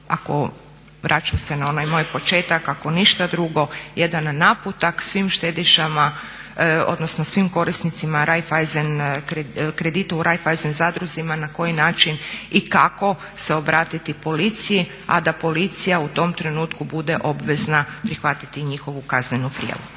evo, vraćam se na onaj moj početak, ako ništa drugo jedan naputak svim štedišama odnosno svim korisnicima kreditu u Raiffeisen zadrugama na koji način i kako se obratiti policiji a da policija u tom trenutku bude obvezna prihvatiti njihovu kaznenu prijavu.